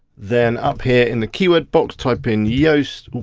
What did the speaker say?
then up here in the keyword box, type in yoast,